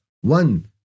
One